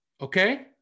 okay